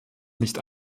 nicht